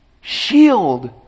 Shield